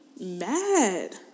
Mad